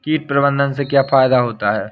कीट प्रबंधन से क्या फायदा होता है?